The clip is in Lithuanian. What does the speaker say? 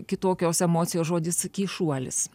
kitokios emocijos žodis kišuolis